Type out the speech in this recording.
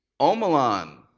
omalon,